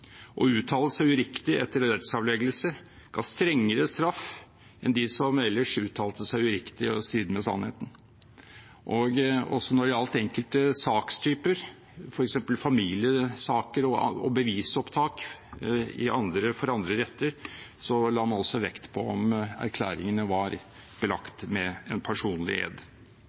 uriktig etter en edsavleggelse ga strengere straff enn de som ellers uttalte seg uriktig og i strid med sannheten. Også når det gjaldt enkelte sakstyper, f.eks. familiesaker og bevisopptak for andre retter, la man vekt på om erklæringene var belagt med en personlig ed.